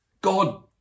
God